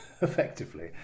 effectively